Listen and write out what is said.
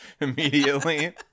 immediately